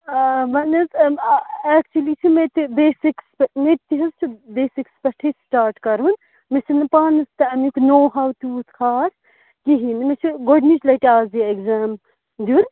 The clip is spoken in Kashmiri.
وۄنۍ حظ اٮ۪کچولی چھِ مےٚ تہِ بیٚسِکِس تہٕ مےٚ تہِ حظ چھِ بیسِکِس پٮ۪ٹھٕے سِٹاٹ کَرُن مےٚ چھِنہٕ پانَس تہِ اَمیُک نو حال تیوٗت خاص کِہیٖنۍ مےٚ چھِ گۄڈٕنِچ لَٹہِ آز یہِ اٮ۪کزام دیُن